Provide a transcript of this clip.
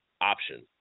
option